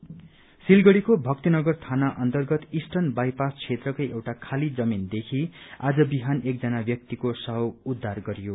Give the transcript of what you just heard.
murder सिलगढ़ीको भक्तिनगर थाना अन्तर्गत ईस्टन बाइपास क्षेत्रको एउटा खाली जमीनदेखि आज बिहान एकजना व्यक्तिको शव उद्धार गरियो